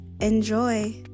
Enjoy